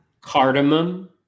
cardamom